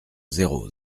zéro